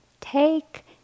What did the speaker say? take